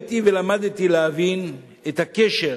ראיתי ולמדתי להבין את הקשר,